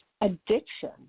addiction